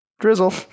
drizzle